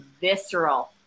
visceral